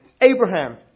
Abraham